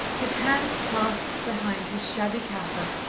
his hands clasped behind his shabby cassock,